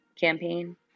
campaign